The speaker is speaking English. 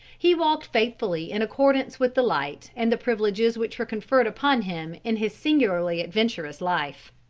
he walked faithfully in accordance with the light and the privileges which were conferred upon him in his singularly adventurous life.